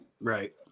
Right